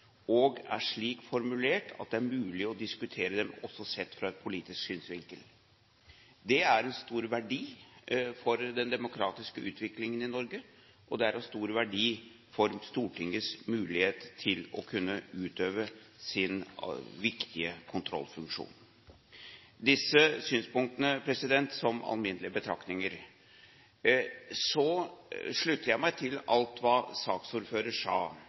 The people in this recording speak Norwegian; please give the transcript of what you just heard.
og er slik formulert at det er mulig å diskutere dem også sett fra en politisk synsvinkel. Det er av stor verdi for den demokratiske utviklingen i Norge, og det er av stor verdi for Stortingets mulighet til å kunne utøve sin viktige kontrollfunksjon. Disse synspunktene er alminnelige betraktninger. Så slutter jeg meg til alt som saksordføreren, representanten Anundsen, sa,